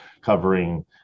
covering